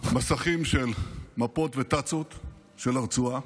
מסכים של מפות ותצ"אות של הרצועה.